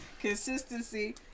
Consistency